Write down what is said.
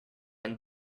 and